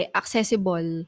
accessible